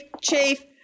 Chief